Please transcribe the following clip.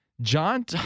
John